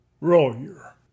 Royer